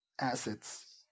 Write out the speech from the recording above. assets